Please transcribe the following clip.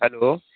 hello